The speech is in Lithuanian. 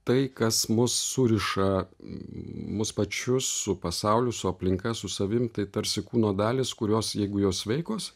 tai kas mus suriša mus pačius su pasauliu su aplinka su savim tai tarsi kūno dalys kurios jeigu jos sveikos